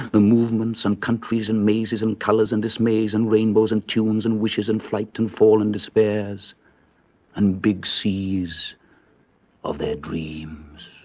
the movements and countries and mazes and colours and dismays and rainbows and tunes and wishes and flight and fall and despairs and big seas of their dreams.